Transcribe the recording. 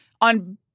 on